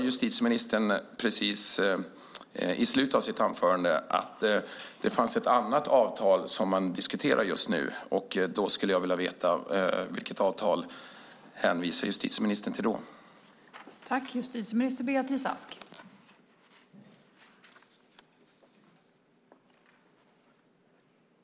Justitieministern sade precis i slutet av sitt anförande att det finns ett annat avtal som man diskuterar nu. Då skulle jag vilja veta vilket avtal justitieministern hänvisar till.